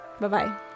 Bye-bye